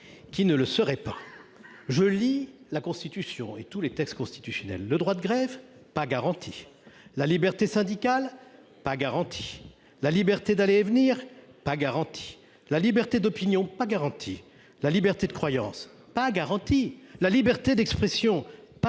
qui ne le seraient pas. À la lecture de la Constitution et de tous les textes constitutionnels, que constate t on ? Le droit de grève : pas garanti. La liberté syndicale : pas garantie. La liberté d’aller et venir : pas garantie. La liberté d’opinion : pas garantie. La liberté de croyance : pas garantie. La liberté d’expression : pas garantie.